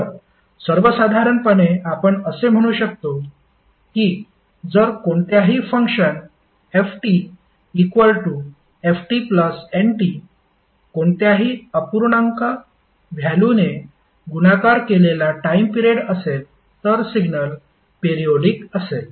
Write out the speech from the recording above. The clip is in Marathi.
तर सर्वसाधारणपणे आपण असे म्हणू शकतो की जर कोणत्याही फंक्शन fftnT कोणत्याही पूर्णांक व्हॅल्युने गुणाकार केलेला टाइम पिरेड असेल तर सिग्नल पेरियॉडिक असेल